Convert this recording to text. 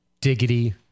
diggity